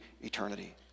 eternity